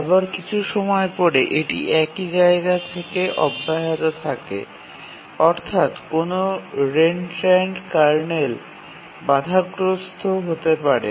আবার কিছু সময়ের পরে এটি একই জায়গা থেকে অব্যাহত থাকে অর্থাত্ কোনও রেনত্রান্ট কার্নেল বাধাগ্রস্ত হতে পারে